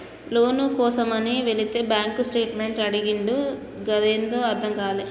లోను కోసమని వెళితే bank statement అడిగిండు గదేందో అర్థం గాలే